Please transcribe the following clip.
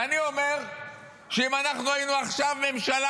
ואני אומר שאם אנחנו היינו עכשיו ממשלה,